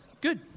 Good